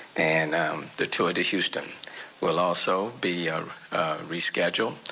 and um the tour de houston will also be reschedule.